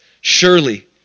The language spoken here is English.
surely